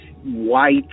white